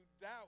doubt